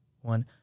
one